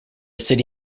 city